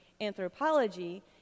anthropology